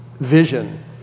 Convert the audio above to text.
vision